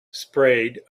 sprayed